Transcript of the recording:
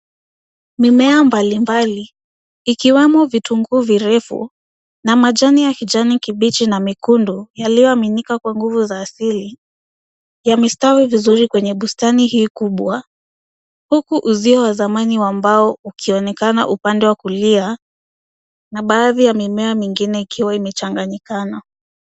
Mimea mbalimbali ikiwemo vitunguu virefu na majani ya kijani kibichi na mekundu yaliyomiminika kwa nguvu za asili yamestawi vizuri kwenye bustani hii kubwa huku uzio wa zamani wa mbao ukionekana upande wa kulia na baadhi ya mimea mingine ikiwa imechanganyikana.